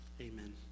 Amen